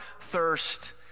thirst